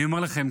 אני אומר לכם,